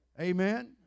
Amen